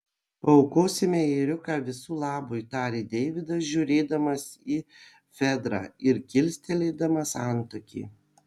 paaukosime ėriuką visų labui tarė deividas žiūrėdamas į fedrą ir kilstelėdamas antakį